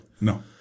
No